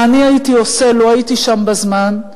מה אני הייתי עושה לו הייתי שם בזמן,